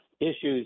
issues